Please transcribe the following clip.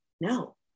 no